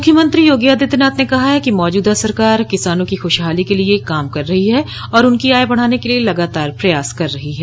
मुख्यमंत्री योगी आदित्यनाथ ने कहा है कि मौजूदा सरकार किसानों की खुशहाली के लिए काम कर रही है और उनकी आय बढ़ाने के लिए लगातार प्रयास कर रही है